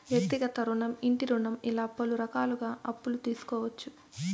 వ్యక్తిగత రుణం ఇంటి రుణం ఇలా పలు రకాలుగా అప్పులు తీసుకోవచ్చు